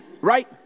right